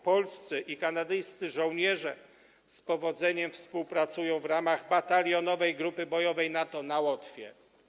Polscy i kanadyjscy żołnierze z powodzeniem współpracują w ramach batalionowej grupy bojowej NATO na Łotwie.